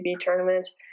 tournaments